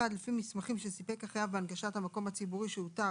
(1) לפי מסמכים שסיפק החייב בהנגשת המקום הציבורי שאותר